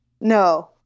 No